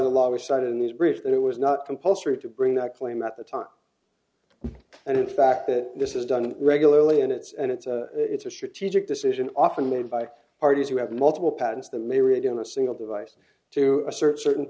the lawyer side in this bridge that it was not compulsory to bring that claim at the time and in fact that this is done regularly and it's and it's a it's a strategic decision often made by parties who have multiple patents the myriad on a single device to assert certain